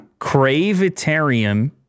Cravitarium